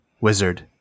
wizard